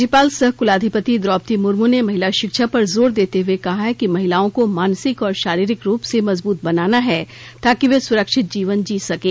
राज्यपाल सह कुलाधिपति द्रौपदी मुर्म ने महिला शिक्षा पर जोर देते हुए कहा है कि महिलाओं को मानसिक और शारीरिक रूप से मजबूत बनाना है ताकि वे सुरक्षित जीवन जी सकें